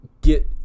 get